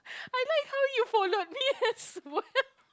I like how you followed me as well